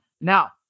Now